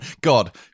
God